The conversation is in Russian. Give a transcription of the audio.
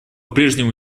прежнему